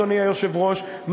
אדוני היושב-ראש,